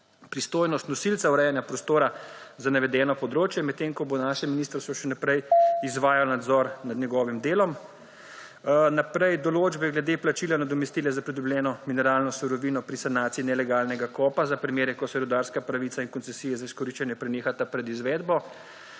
pristojnost nosilca urejanja prostora za navedeno področje medtem, ko bo naše ministrstvo še naprej izvajalo nadzor / znak za konec razprave/ nad njegovim delom. Naprej določbe glede plačila nadomestila za pridobljeno mineralno surovino pri sanaciji nelegalnega kopa za primere, ko se rudarska pravica in koncesije za izkoriščanje prenehata pred izvedbo.